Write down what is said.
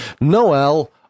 Noel